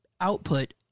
output